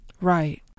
Right